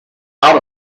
out